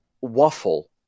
waffle